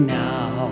now